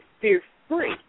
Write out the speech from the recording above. fear-free